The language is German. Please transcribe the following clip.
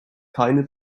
keine